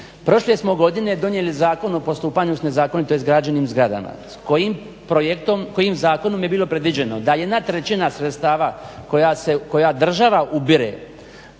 Prošle smo godine donijeli Zakon o postupanju sa nezakonito izgrađenim zgradama s kojim projektom, kojim zakonom je bilo predviđeno da jedna trećina sredstava koja država ubire